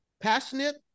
Passionate